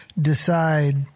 decide